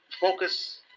focus